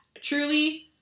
Truly